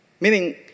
meaning